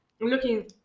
looking